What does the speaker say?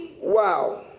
wow